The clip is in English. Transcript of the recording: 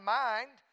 mind